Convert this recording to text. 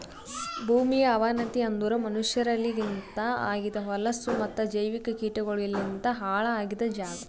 ಭೂಮಿಯ ಅವನತಿ ಅಂದುರ್ ಮನಷ್ಯರಲಿಂತ್ ಆಗಿದ್ ಹೊಲಸು ಮತ್ತ ಜೈವಿಕ ಕೀಟಗೊಳಲಿಂತ್ ಹಾಳ್ ಆಗಿದ್ ಜಾಗ್